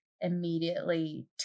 immediately